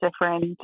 different